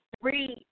three